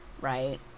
right